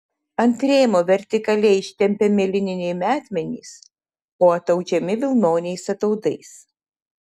ant rėmo vertikaliai ištempiami lininiai metmenys o ataudžiami vilnoniais ataudais